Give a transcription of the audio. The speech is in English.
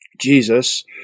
Jesus